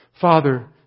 Father